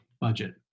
budget